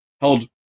held